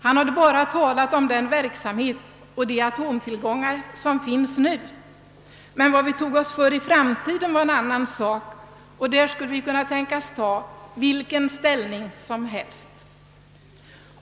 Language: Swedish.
Han hade bara talat om den verksamhet och de atomtillgångar som finns nu, men vad vi tar oss för i framtiden är en annan sak. I det sammanhanget skulle vi kunna tänkas ta vilken ställning som helst.